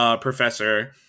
professor